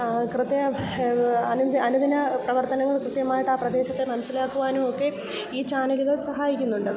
കൃത്യ അനുന്ദ് അനുദിന പ്രവർത്തനങ്ങൾ കൃത്യമായിട്ട് പ്രദേശത്ത് മനസ്സിലാക്കുവാനുമൊക്കെ ഈ ചാനലുകൾ സഹായിക്കുന്നുണ്ട്